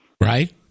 Right